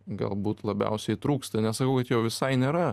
galbūt labiausiai trūksta nesakau kad jo visai nėra